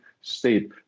state